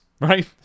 right